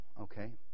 Okay